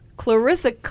Clarissa